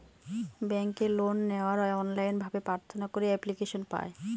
ব্যাঙ্কে লোন নেওয়ার অনলাইন ভাবে প্রার্থনা করে এপ্লিকেশন পায়